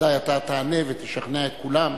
שוודאי אתה תענה ותשכנע את כולם,